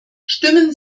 stimmen